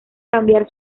cambiar